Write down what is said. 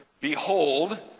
behold